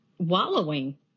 wallowing